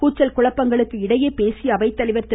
கூச்சல் குழப்பங்களுக்கு இடையே பேசிய அவைத்தலைவர் திரு